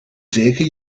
zeker